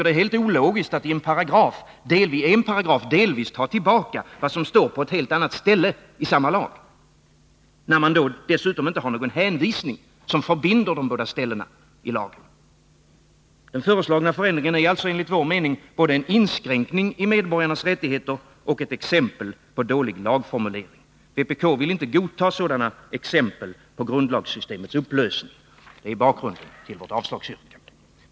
Det är helt ologiskt att i en paragraf delvis ta tillbaka vad som står på ett helt annat ställe i samma lag, när man inte har någon hänvisning som förbinder de båda ställena i lagen. Den föreslagna förändringen är alltså enligt vår mening både en inskränkning i medborgarnas rättigheter och ett exempel på dålig lagformulering. Vpk vill inte godta sådana exempel på grundlagssystemets upplösning. Det är bakgrunden till vårt avslagsyrkande.